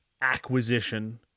acquisition